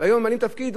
אולי יתפנו,